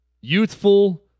youthful